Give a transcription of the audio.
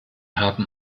haben